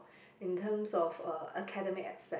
in terms of uh academic aspect